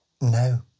No